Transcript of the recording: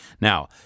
Now